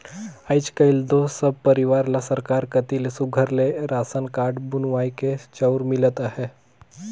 आएज काएल दो सब परिवार ल सरकार कती ले सुग्घर ले रासन कारड बनुवाए के चाँउर मिलत अहे